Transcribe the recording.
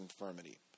infirmity